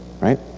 right